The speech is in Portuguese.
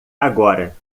agora